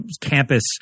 campus